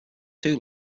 too